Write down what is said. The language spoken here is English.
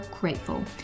grateful